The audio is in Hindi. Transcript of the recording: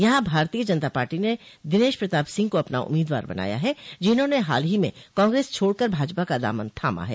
यहां भारतीय जनता पार्टी ने दिनेश प्रताप सिंह को अपना उम्मीदवार बनाया है जिन्होंने हाल ही में कांग्रेस छोड़ कर भाजपा का दामन थामा है